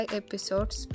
episodes